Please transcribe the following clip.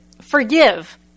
forgive